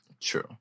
True